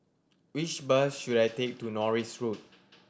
which bus should I take to Norris Road